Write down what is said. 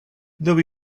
though